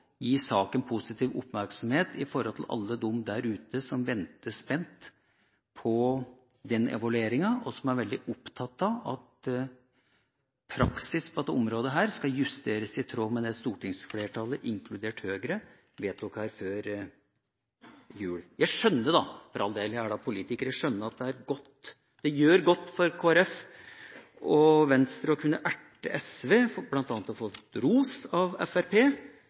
gi saken positiv oppmerksomhet overfor alle de der ute som venter spent på den evalueringa, og som er veldig opptatt av at praksis på dette området skal justeres i tråd med det stortingsflertallet, inkludert Høyre, vedtok her før jul. Jeg skjønner – for all del, jeg er da politiker – at det gjør godt for Kristelig Folkeparti og Venstre å kunne erte SV bl.a. for å ha fått ros av